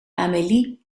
amélie